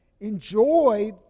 Enjoy